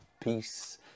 Peace